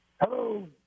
Hello